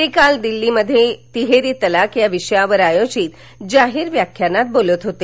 ते काल दिल्लीत तिहेरी तलाक या विषयावर आयोजित जाहीर व्याख्यानात बोलत होते